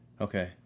okay